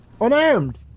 Unarmed